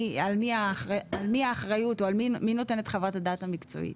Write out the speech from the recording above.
על מי האחריות או מי נותן את חוות הדעת המקצועית.